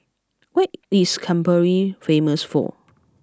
what is Canberra famous for